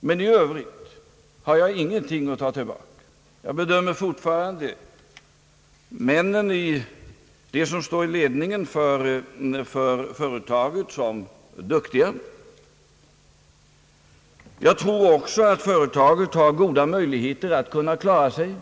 Men i övrigt har jag ingenting att ta tillbaka. Jag bedömer fortfarande dem som står i ledningen för företaget som duktiga. Jag tror också att företaget har goda möjligheter att klara sig.